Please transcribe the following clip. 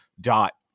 dot